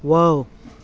wow